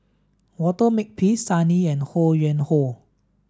Walter Makepeace Sun Yee and Ho Yuen Hoe